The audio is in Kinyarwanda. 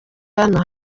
hano